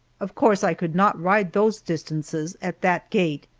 of course i could not ride those distances at that gait,